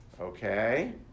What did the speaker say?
Okay